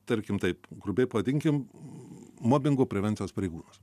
tarkim taip grubiai pavadinkim mobingo prevencijos pareigūnas